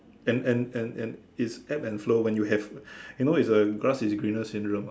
and and and and it's ebb and flow when you have you know is a grass is greener syndrome ah